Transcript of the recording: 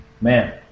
man